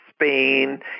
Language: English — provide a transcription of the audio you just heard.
Spain